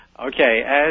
Okay